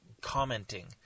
commenting